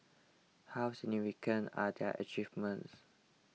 how significant are their achievements